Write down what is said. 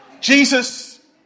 Jesus